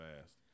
fast